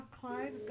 Clive